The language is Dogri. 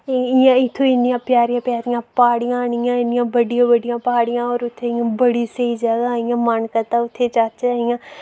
इ'यां इत्थूं इन्नियां प्यारियां प्यारियां प्हाड़ियां इ'यां इन्नियां बड्डियां प्हाड़ियां और बड़ियां स्हेई जगह् इ'यां मन करदा उत्थै जाह्चै इ'यां